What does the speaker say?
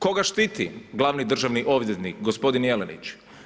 Koga štiti glavni državni odvjetnik gospodin Jelenić?